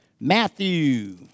Matthew